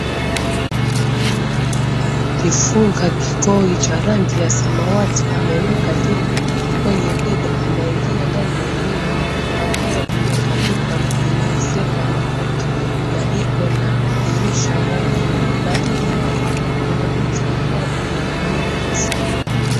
Mwanamke amejifunga kikoi cha rangi ya samawati ameweka njembe kwenye bega anaingia ndani ya nyumba ambayo imetandikwa na imeezekwa makuti na iko na dirisha moja na mbele yake kuna mti ambao umenawiri vizuri.